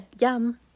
yum